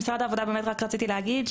משרד העבודה באמת רק רציתי להגיד,